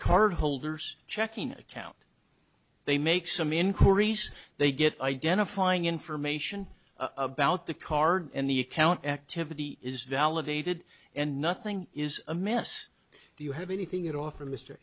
card holders checking account they make some inquiries they get identifying information about the card and the account activity is validated and nothing is a mess do you have anything at all for m